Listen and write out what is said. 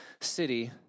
City